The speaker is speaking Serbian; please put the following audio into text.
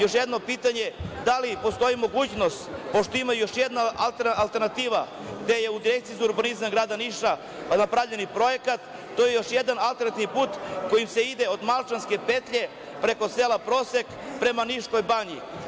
Još jedno pitanje - da li postoji mogućnost, pošto postoji još jedna alternativa, gde je u Agenciji za urbanizam grada Niša napravljen projekat, to je jedan alternativni put kojim se ide od Malčanske petlje preko sela Prosek, prema Niškoj banji?